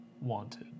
wanted